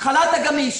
החל"ת הגמיש.